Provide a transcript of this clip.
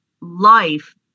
life